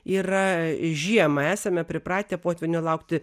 yra žiemą esame pripratę potvynio laukti